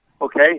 okay